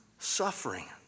suffering